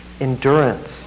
endurance